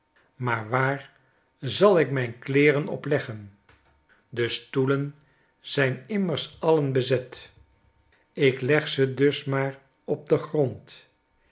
maar waar zal ik mijn kleeren op leggen de stoelen zijn immers alien bezet ik leg ze dus maar op dengrond